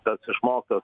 tas išmoktas